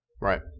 Right